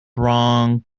wrong